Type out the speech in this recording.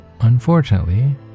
unfortunately